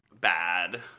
bad